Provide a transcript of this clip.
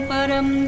Param